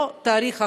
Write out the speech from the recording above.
לא תאריך אחר,